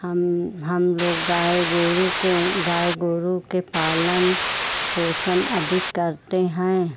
हम हम लोग गाय गोरू को गाय गोरू के पालन पोषन आदि करते हैं